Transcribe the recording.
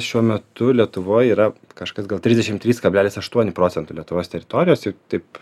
šiuo metu lietuvoj yra kažkas gal trisdešimt trys kablelis aštuoni procento lietuvos teritorijos ir taip